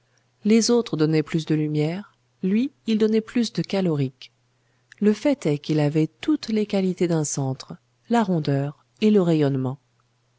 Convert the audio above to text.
les autres donnaient plus de lumière lui il donnait plus de calorique le fait est qu'il avait toutes les qualités d'un centre la rondeur et le rayonnement